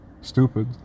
stupid